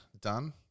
done